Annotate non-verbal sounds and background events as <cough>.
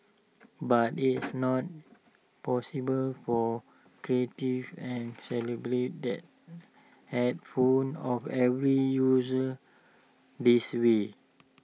but it's <noise> not possible for creative and calibrate that headphones of every user this way